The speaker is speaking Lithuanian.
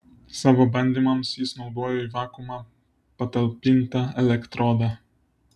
savo bandymams jis naudojo į vakuumą patalpintą elektrodą